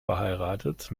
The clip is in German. verheiratet